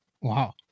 Wow